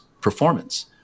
performance